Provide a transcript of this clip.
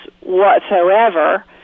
whatsoever